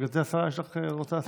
גברתי השרה, רוצה להוסיף?